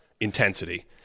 intensity